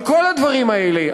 על כל הדברים האלה,